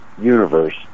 universe